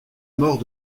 mort